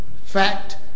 fact